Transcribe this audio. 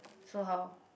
so how